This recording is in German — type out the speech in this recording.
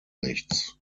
nichts